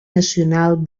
nacional